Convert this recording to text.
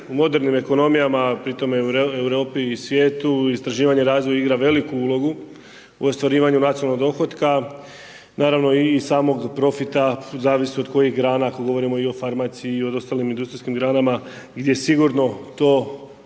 u modernim ekonomijama, pri tome u Europi i svijetu, istraživanje i razvoj igra veliku ulogu u ostvarivanju nacionalnog dohotka. Naravno i samog profita, zavisi od kojih grana, ako govorimo i o farmaciji, i o ostalim industrijskim granama, gdje sigurno to